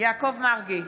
יעקב מרגי,